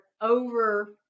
over